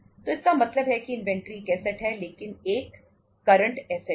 तो इसका मतलब है कि इन्वेंट्री एक ऐसेट है लेकिन एक करंट ऐसेट है